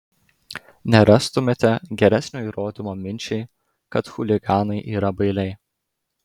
nerastumėte geresnio įrodymo minčiai kad chuliganai yra bailiai